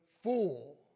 fool